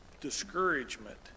discouragement